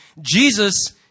Jesus